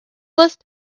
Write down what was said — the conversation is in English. list